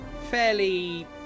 fairly